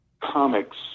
comics